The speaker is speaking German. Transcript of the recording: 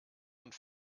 und